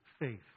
faith